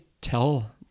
tell